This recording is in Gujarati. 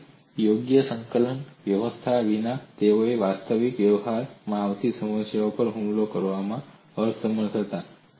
તેથી યોગ્ય સંકલન વ્યવસ્થા વિના તેઓ વાસ્તવિક વ્યવહારમાં આવતી સમસ્યાઓ પર હુમલો કરવામાં અસમર્થ હતા